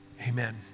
Amen